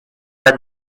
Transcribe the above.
las